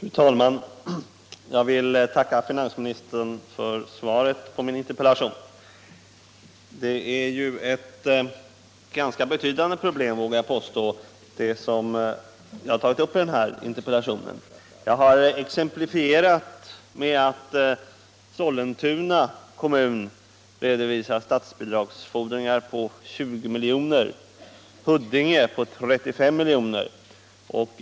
Fru talman! Jag vill tacka finansministern för svaret på min interpellation. Jag vågar påstå att det är ett ganska betydande problem som jag tagit upp i den här interpellationen. Jag har exemplifierat detta med att t.ex. Sollentuna kommun redovisar statsbidragsfordringar med 20 miljoner, Huddinge med 35 miljoner.